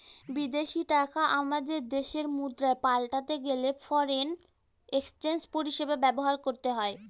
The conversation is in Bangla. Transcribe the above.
বিদেশী টাকা আমাদের দেশের মুদ্রায় পাল্টাতে গেলে ফরেন এক্সচেঞ্জ পরিষেবা ব্যবহার করতে হয়